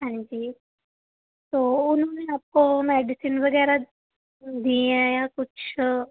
ਹਾਂਜੀ ਤਾਂ ਉਹਨਾਂ ਨੇ ਆਪਕੋ ਮੈਡੀਸਨ ਵਗੈਰਾ ਦਿੱਤੀ ਹੈ ਜਾਂ ਕੁਛ